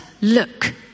look